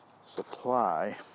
supply